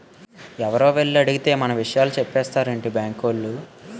ఎవరో ఎల్లి అడిగేత్తే మన ఇసయాలు సెప్పేత్తారేటి బాంకోలు?